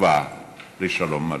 תקווה לשלום מלא,